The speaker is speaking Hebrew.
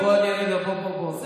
בוא, בוא, אני, בוא, בוא.